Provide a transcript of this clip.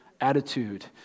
attitude